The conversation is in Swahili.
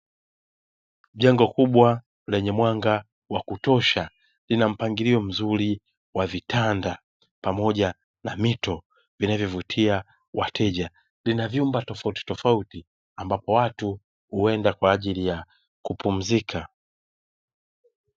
Jengo kubwa lenye mwanga wa kutosha lina mpangilio mzuri wa vitanda pamoja na mito vinavyovutia wateja, lina vyumba tofautitofauti ambapo watu huenda kwa ajili ya kupumzika.